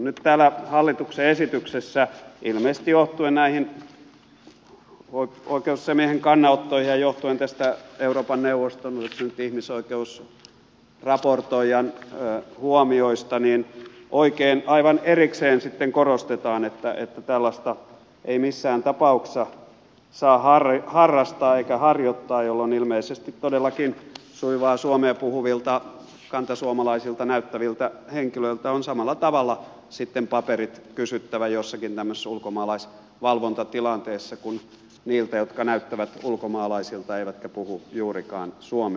nyt täällä hallituksen esityksessä ilmeisesti perustuen näihin oikeusasiamiehen kannanottoihin ja johtuen näistä euroopan neuvoston oliko se nyt ihmisoikeusraportoijan huomioista oikein aivan erikseen sitten korostetaan että tällaista ei missään tapauksessa saa harrastaa eikä harjoittaa jolloin ilmeisesti todellakin sujuvaa suomea puhuvilta kantasuomalaisilta näyttäviltä henkilöiltä on samalla tavalla sitten paperit kysyttävä jossakin tämmöisessä ulkomaalaisvalvontatilanteessa kuin niiltä jotka näyttävät ulkomaalaisilta eivätkä puhu juurikaan suomea